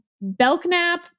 Belknap